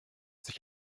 sich